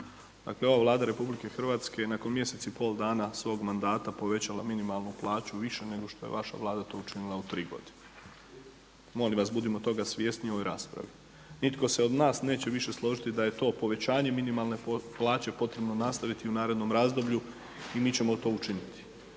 Dakle, ova Vlada RH je nakon mjesec i pol dana svog mandata povećala minimalnu plaću više nego što je to vaša Vlada učinila u tri godine. Molim vas budimo toga svjesni u ovoj raspravi. Nitko se od nas neće više složiti da je to povećanje minimalne plaće potrebno nastaviti i u narednom razdoblju i mi ćemo to učiniti.